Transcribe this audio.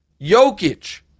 Jokic